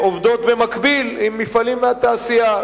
עובדות במקביל גם עם מפעלי התעשייה.